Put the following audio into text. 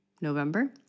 November